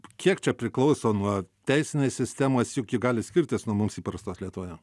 kiek čia priklauso nuo teisinės sistemos juk ji gali skirtis nuo mums įprastos lietuvoje